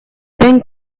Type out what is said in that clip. ben